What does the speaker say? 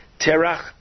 Terach